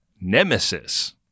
Nemesis